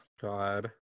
god